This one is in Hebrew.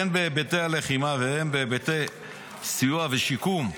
הן בהיבטי הלחימה והן בהיבטי סיוע ושיקום העורף,